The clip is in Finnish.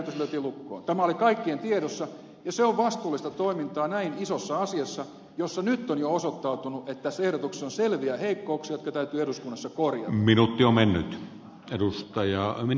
tämä oli kaikkien tiedossa ja se on vastuullista toimintaa näin isossa asiassa jossa nyt on jo osoittautunut että tässä ehdotuksessa on selviä heikkouksia tytöt löysi suku on minulle jotka täytyy eduskunnassa korjata